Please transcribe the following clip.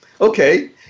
Okay